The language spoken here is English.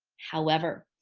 however,